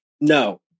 No